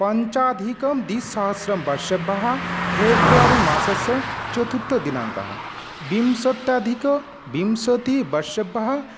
पञ्चाधितकद्विसहस्रबर्षेभ्यः फेब्रवरी मासस्य चतुर्थदिनाङ्कः विंसत्यधिकविंशतिवर्षेभ्यः